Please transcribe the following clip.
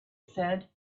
said